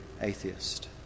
atheist